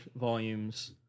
volumes